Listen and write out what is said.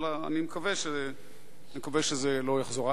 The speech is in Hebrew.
ואני מקווה שזה לא יחזור.